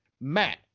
matt